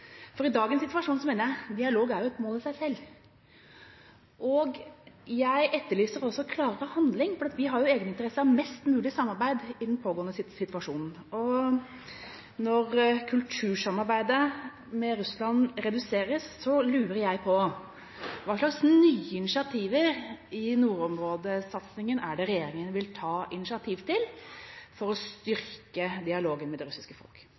for vi har jo egeninteresse av mest mulig samarbeid i den pågående situasjonen. Når kultursamarbeidet med Russland reduseres, lurer jeg på hva slags nye initiativer i nordområdesatsinga regjeringa vil ta initiativ til for å styrke dialogen med det russiske folk.